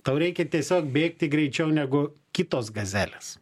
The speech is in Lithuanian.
tau reikia tiesiog bėgti greičiau negu kitos gazelės